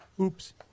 Oops